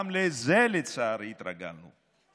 גם לזה לצערי התרגלנו.